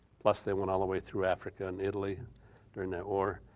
plus they went all the way through africa and italy during that war.